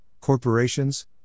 corporations